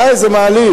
די, זה מעליב.